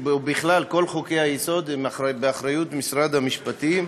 ובכלל, כל חוקי-היסוד הם באחריות משרד המשפטים,